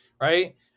right